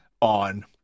on